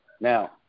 Now